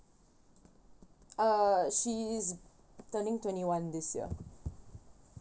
uh she is turning twenty one this year